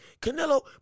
Canelo